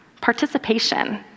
Participation